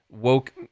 woke